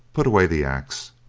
put away the axe,